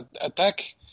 attack